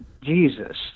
Jesus